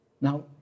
Now